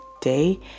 day